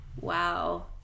Wow